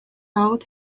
out